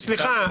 סליחה.